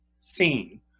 seen